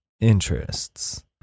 interests